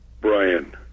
Brian